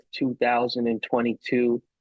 2022